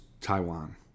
Taiwan